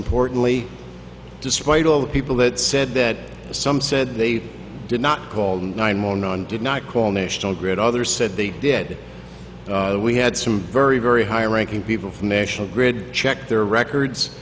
importantly despite all the people that said that some said they did not call nine mon on did not call national grid others said they did we had some very very high ranking people from national grid check their records